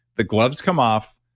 the gloves come off,